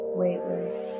weightless